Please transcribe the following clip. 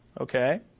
Okay